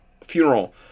funeral